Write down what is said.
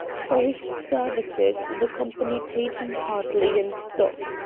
for his services the company paid him partly in stock.